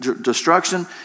destruction